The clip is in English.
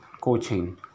coaching